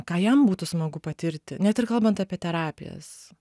ką jam būtų smagu patirti net ir kalbant apie terapijas